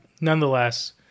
nonetheless